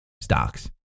stocks